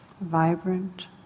vibrant